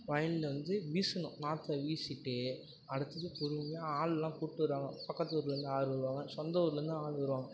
வயலில் வந்து வீசணும் நாற்றை வீசிட்டு அடுத்தது பொறுமையாக ஆள்லாம் கூப்ட்டு வருவாங்க பக்கத்து ஊரிலேருந்து ஆள் வருவாங்க சொந்த ஊரிலேருந்தும் ஆள் வருவாங்க